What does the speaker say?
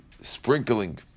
sprinkling